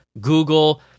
Google